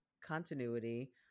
continuity